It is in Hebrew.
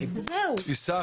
תפיסה,